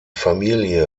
familie